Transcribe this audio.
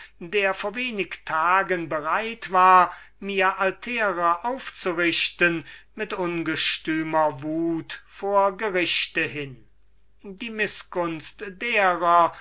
der vor wenigen tagen bereit war mir altäre aufzurichten mit ungestümer wut zum gerichtsplatz hin die mißgunst derer